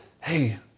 hey